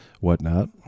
whatnot